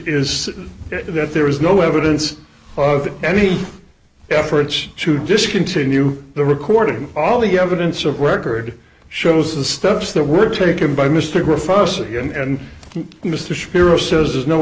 is that there is no evidence of any efforts to discontinue the recording all the evidence of record shows the steps that were taken by mr professor and mr shapiro says there's no